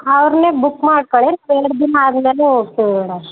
ಅವ್ರನ್ನೆ book ಮಾಡ್ಕೊಳ್ಳಿ ಎರಡು ದಿನ ಆದ ಮೇಲೆ